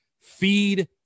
feed